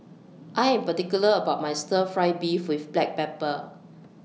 I Am particular about My Stir Fry Beef with Black Pepper